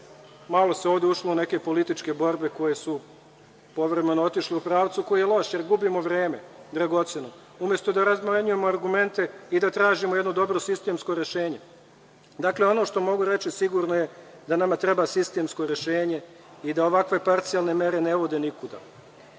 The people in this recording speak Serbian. Malo se ovde ušlo u neke političke borbe koje su povremeno otišle u pravcu koji je loš jer gubimo vreme, dragoceno, umesto da razmenjujemo argumente i da tražimo jedno dobro sistemsko rešenje. Dakle, ono što mogu reći sigurno je da nama treba sistemsko rešenje i da ovakve parcijalne mere ne vode nikuda. Ono